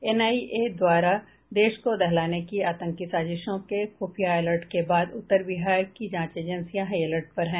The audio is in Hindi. एनआईए द्वारा देश को दहलाने की आतंकी साजिशों के खुफिया अलर्ट के बाद उत्तर बिहार की जांच एजेंसियां हाई अलर्ट पर हैं